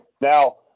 Now